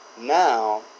Now